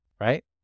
right